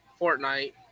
Fortnite